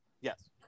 Yes